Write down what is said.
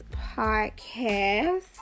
podcast